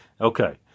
okay